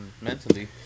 Mentally